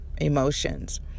emotions